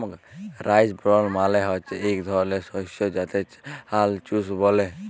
rice bran মালে হচ্যে ইক ধরলের শস্য যাতে চাল চুষ ব্যলে